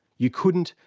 you couldn't,